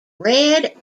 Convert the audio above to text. red